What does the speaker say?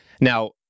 Now